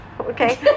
Okay